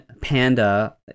panda